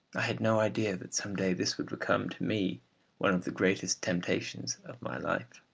i had no idea that some day this would become to me one of the greatest temptations of my life.